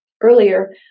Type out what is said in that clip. earlier